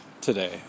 today